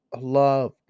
love